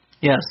Yes